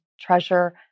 treasure